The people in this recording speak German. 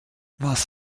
was